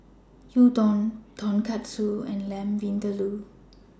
Gyudon Tonkatsu and Lamb Vindaloo